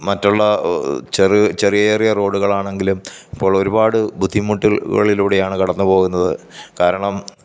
മറ്റുള്ള ചെറു ചെറിയ ചെറിയ റോഡുകളാണെങ്കിലും ഇപ്പോളൊരുപാട് ബുദ്ധിമുട്ടുകളിലൂടെയാണ് കടന്നു പോകുന്നത് കാരണം